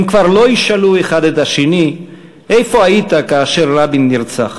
הם כבר לא ישאלו אחד את השני: איפה היית כאשר רבין נרצח?